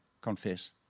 confess